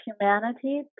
humanity